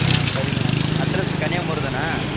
ஆ சரிங்கம்மா அட்ரெஸு கன்னியாகுமரி தானே